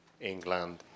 England